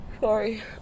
Sorry